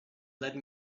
led